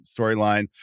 storyline